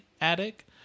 attic